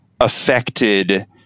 affected